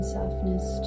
softness